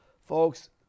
folks